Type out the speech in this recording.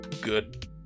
good